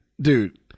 Dude